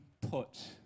put